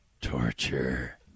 Torture